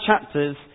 chapters